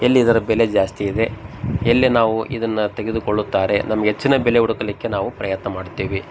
ಎಲ್ಲಿ ಇದರ ಬೆಲೆ ಜಾಸ್ತಿ ಇದೆ ಎಲ್ಲಿ ನಾವು ಇದನ್ನು ತೆಗೆದುಕೊಳ್ಳುತ್ತಾರೆ ನಮ್ಗೆ ಹೆಚ್ಚಿನ ಬೆಲೆ ಹುಡುಕಲಿಕ್ಕೆ ನಾವು ಪ್ರಯತ್ನ ಮಾಡ್ತೀವಿ